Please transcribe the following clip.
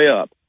up